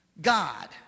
God